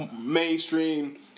mainstream